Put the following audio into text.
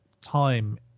time